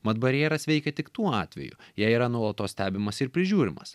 mat barjeras veikia tik tuo atveju jei yra nuolatos stebimas ir prižiūrimas